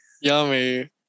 Yummy